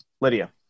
Lydia